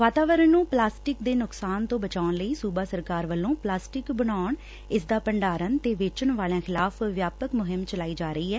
ਵਾਤਾਵਰਨ ਨੂੰ ਪਲਾਸਟਿਕ ਦੇ ਨੁਕਸਾਨ ਤੋਂ ਬਚਾਊਣ ਲਈ ਸੁਬਾ ਸਰਕਾਰ ਵੱਲੋਂ ਪਲਾਸਟਿਕ ਬਨਾਊਣ ਇਸ ਦਾ ਭੰਡਾਰਨ ਤੇ ਵੇਚਣ ਵਾਲਿਆਂ ਖਿਲਾਫ਼ ਵਿਆਪਕ ਮੁਹਿੰਮ ਚਲਾਈ ਜਾ ਰਹੀ ਐ